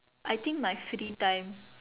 I think my free time